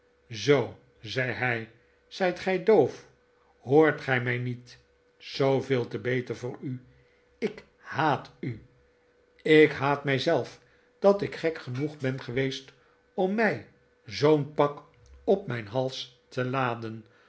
zoo zei hij zijt gij doof hoort gij mij niet zooveel te beter voor u ik haat u ik haat mij zelf dat ik gek genoeg ben geweest om mij zoo'n pak op mijn hals te laden